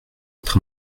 votre